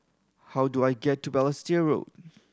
how do I get to Balestier Road